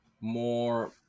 more